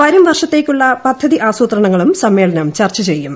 വരും വർഷത്തേക്കുള്ള ഏദ്ധതി ആസൂത്രണങ്ങളും സമ്മേളനം ചർച്ച ചെയ്യും